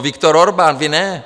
Viktor Orbán, vy ne!